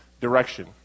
direction